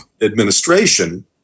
administration